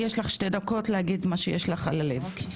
יש לך שתי דקות להגיד את מה שיש על ליבך.